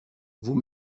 vous